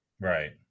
right